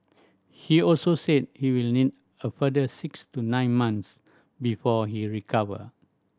he also said he will need a further six to nine month before he recover